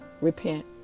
Repent